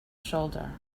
shoulder